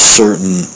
certain